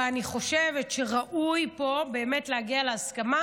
ואני חושבת שראוי פה להגיע להסכמה,